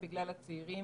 לאן דווקא בגלל הצעירים